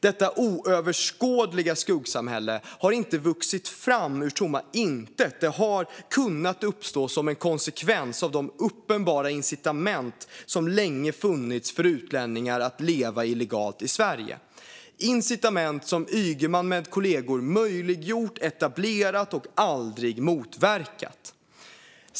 Detta oöverskådliga skuggsamhälle har inte vuxit fram ur tomma intet. Det har kunnat uppstå som en konsekvens av de uppenbara incitament som länge funnits för utlänningar att leva illegalt i Sverige. Det är incitament som Ygeman med kollegor möjliggjort, etablerat och aldrig motverkat.